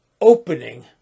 opening